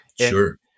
Sure